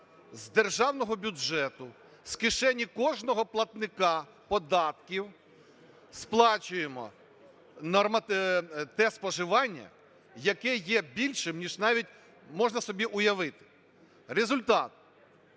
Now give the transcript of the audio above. з державного бюджету, з кишені кожного платника податків сплачуємо те споживання, яке є більшим, ніж навіть можна собі уявити. Результат: